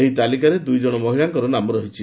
ଏହି ତାଲିକାରେ ଦୁଇ ଜଣ ମହିଳାଙ୍କର ନାମ ରହିଛି